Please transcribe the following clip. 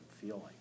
feeling